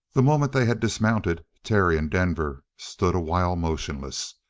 the moment they had dismounted, terry and denver stood a while motionless.